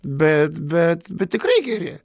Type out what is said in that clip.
bet bet bet tikrai geri